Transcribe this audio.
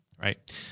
right